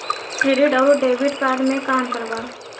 Credit अउरो debit card मे का अन्तर बा?